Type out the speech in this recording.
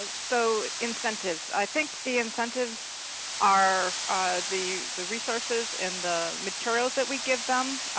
ah so incentives, i think the incentives are the the resources and the materials that we give them.